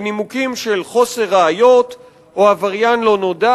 בנימוקים של חוסר ראיות או עבריין לא נודע.